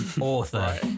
author